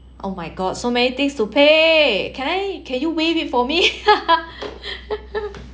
oh my god so many things to pay can I can you waive it for me